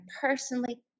personally